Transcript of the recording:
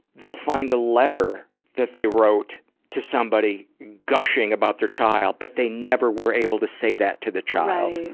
they'll find a letter that they wrote to somebody gushing about their child, but they never were able to say that to the child.